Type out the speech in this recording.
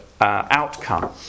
outcome